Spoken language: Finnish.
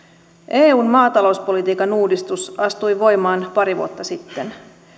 eun maatalouspolitiikan uudistus astui voimaan pari vuotta sitten